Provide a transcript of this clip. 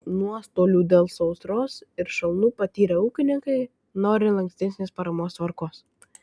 nuostolių dėl sausros ir šalnų patyrę ūkininkai nori lankstesnės paramos tvarkos